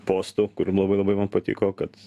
postų kur labai labai man patiko kad